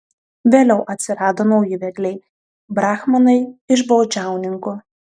vėliau atsirado nauji vedliai brahmanai iš baudžiauninkų